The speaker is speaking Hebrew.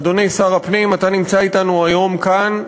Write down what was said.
אדוני שר הפנים, אתה נמצא אתנו היום כאן,